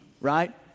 right